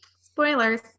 Spoilers